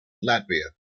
latvia